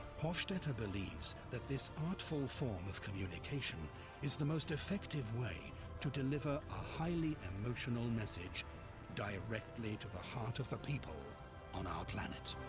hofstetter believes that this artful form of communication is the most effective way to deliver a highly emotional message directly to the heart of the people on our planet.